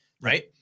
right